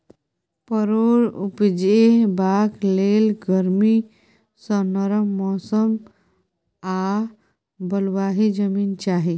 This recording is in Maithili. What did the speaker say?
परोर उपजेबाक लेल गरमी सँ नरम मौसम आ बलुआही जमीन चाही